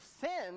sin